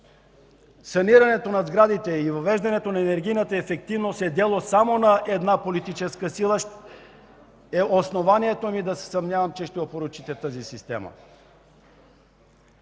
санирането на сградите и въвеждането на енергийната ефективност е дело само на една политическа сила, е основанието ми да се съмнявам, че ще опорочите тази система.